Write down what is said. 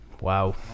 Wow